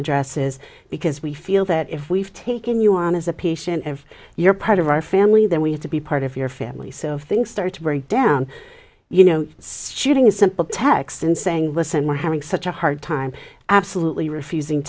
addresses because we feel that if we've taken you on as a patient if you're part of our family then we have to be part of your family so if things start to break down you know it's cheating a simple text and saying listen we're having such a hard time absolutely refusing